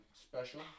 Special